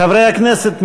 חברי הכנסת,